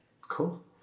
Cool